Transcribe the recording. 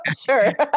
Sure